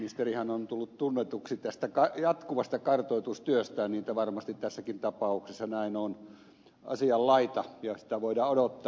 ministerihän on tullut tunnetuksi tästä jatkuvasta kartoitustyöstä niin että varmasti tässäkin tapauksessa näin on asianlaita ja sitä voidaan odottaa